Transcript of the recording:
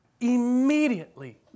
Immediately